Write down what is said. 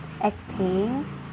acting